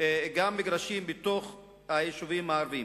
גם של מגרשים בתוך היישובים הערביים,